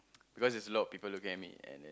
because there's a lot of people looking at me and